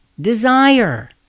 desire